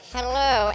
Hello